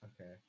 Okay